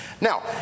Now